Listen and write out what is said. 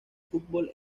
fútbol